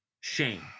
shame